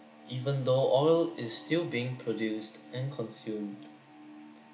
even though oil is still being produced and consumed